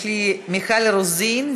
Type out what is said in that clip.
יש לי: מיכל רוזין,